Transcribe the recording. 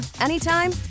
anytime